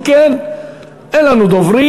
אם כן, אין לנו דוברים.